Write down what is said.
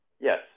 Yes